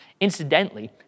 Incidentally